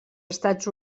estats